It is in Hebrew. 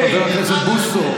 חבר הכנסת בוסו.